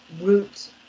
root